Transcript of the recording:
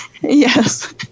Yes